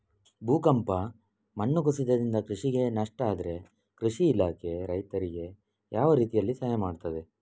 ಭೂಕಂಪ, ಮಣ್ಣು ಕುಸಿತದಿಂದ ಕೃಷಿಗೆ ನಷ್ಟ ಆದ್ರೆ ಕೃಷಿ ಇಲಾಖೆ ರೈತರಿಗೆ ಯಾವ ರೀತಿಯಲ್ಲಿ ಸಹಾಯ ಮಾಡ್ತದೆ?